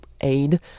aid